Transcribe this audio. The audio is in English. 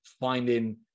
finding